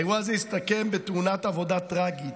האירוע הזה הסתכם בתאונת עבודה טרגית.